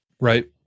Right